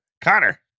Connor